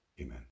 Amen